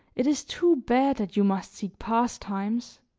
it is too bad that you must seek pastimes.